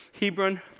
Hebron